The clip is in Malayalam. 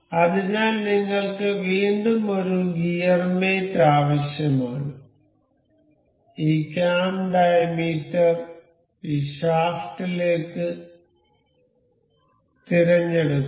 അതിനാൽ നിങ്ങൾക്ക് വീണ്ടും ഒരു ഗിയർ മേറ്റ് ആവശ്യമാണ് ഈ കാം ഡയമീറ്റർ ഈ ഷാഫ്റ്റിലേക്ക് തിരഞ്ഞെടുക്കുക